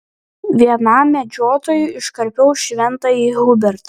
vienam medžiotojui iškarpiau šventąjį hubertą